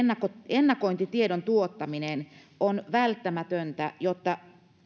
ennakointitiedon tuottaminen on välttämätöntä jotta